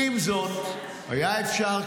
היה אפשר,